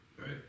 right